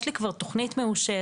יש לי כבר תוכנית מאושרת,